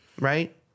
Right